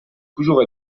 toujours